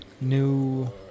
New